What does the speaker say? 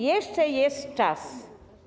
Jeszcze jest czas.